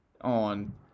on